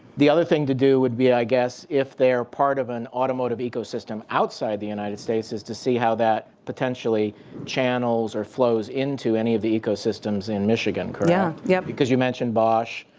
the other thing to do would be i guess if they're part of an automotive ecosystem outside the united states is to see how that potentially channels or flows into any of the ecosystems in michigan correct? yeah, yeah. because you mentioned bosch.